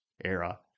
era